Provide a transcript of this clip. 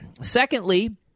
Secondly